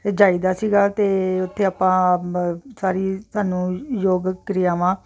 ਜਾਈਦਾ ਸੀਗਾ ਅਤੇ ਉੱਥੇ ਆਪਾਂ ਸਾਰੀ ਤੁਹਾਨੂੰ ਯੋਗ ਕਿਰਿਆਵਾਂ